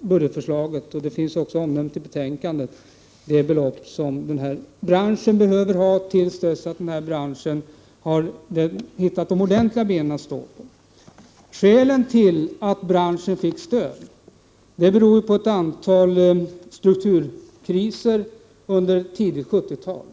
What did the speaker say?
budgetförslaget — och det finns också omnämnt i betänkandet — det belopp som denna bransch behöver ha till dess att branschen har hittat ordentliga ben att stå på. Skälet till att branschen fick stöd var ett antal strukturkriser under tidigt 1970-tal.